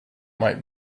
might